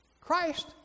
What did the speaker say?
Christ